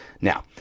Now